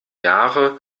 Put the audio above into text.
jahre